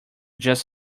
just